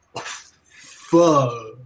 Fuck